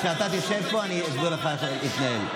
כשאתה תשב פה, אני אסביר לך איך להתנהל.